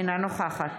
אינה נוכחת